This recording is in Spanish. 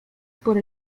por